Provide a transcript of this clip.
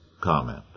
comment